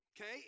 Okay